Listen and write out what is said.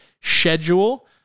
schedule